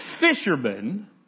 fishermen